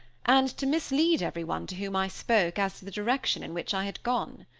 and to mislead everyone to whom i spoke as to the direction in which i had gone?